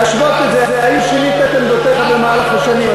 להשוות את זה, האם שינית את עמדותיך במהלך השנים.